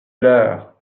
leurs